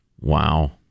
Wow